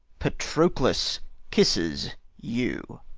patroclus kisses you.